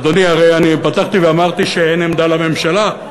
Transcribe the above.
אדוני, הרי פתחתי ואמרתי שאין עמדה לממשלה.